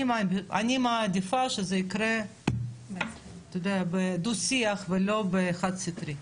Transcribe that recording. אני מעדיפה שזה יקרה בדו שיח ולא בחד סטרי.